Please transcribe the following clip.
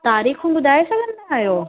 तारीखूं ॿुधाए सघंदा आहियो